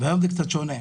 והיום זה קצת שונה,